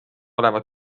olevat